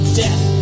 death